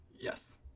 Yes